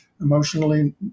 emotionally